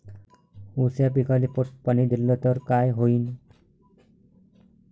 ऊस या पिकाले पट पाणी देल्ल तर काय होईन?